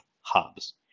hubs